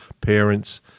parents